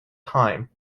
time